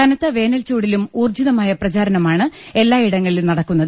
കനത്ത വേനൽചൂടിലും ഊർജ്ജിതമായ പ്രചാരണമാണ് എല്ലായിടങ്ങളിലും നടക്കുന്നത്